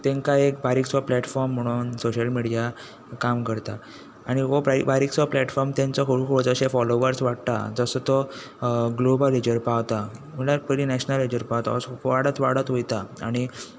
तेंका एक बारीकसो प्लेटफोर्म म्हणून सोशियल मिडिया काम करता आनी हो बारीकसो प्लेटफोर्म तेंचो हळू हळू जशे फोलेवर्स वाडटा जसो तो ग्लोबल हेचेर पावता म्हळ्यार पयलीं नॅशनेल हेचेर पावता अशें वाडत वाडत वयता आनी